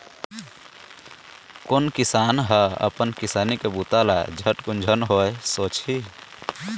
कोन किसान ह अपन किसानी के बूता ल झटकुन झन होवय सोचही